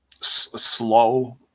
slow